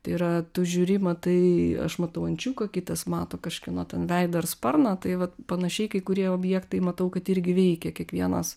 tai yra tu žiūri matai aš matau ančiuką kitas mato kažkieno ten veidą ir sparną tai va panašiai kai kurie objektai matau kad irgi veikia kiekvienas